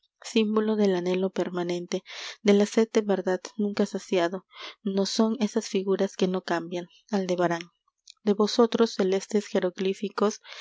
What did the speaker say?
símbolo del anhelo permanenfe de la sed de verdad nunca saciado nos son esas figuras que no cambian aldebarán de vosoíros celestes jeroglíficos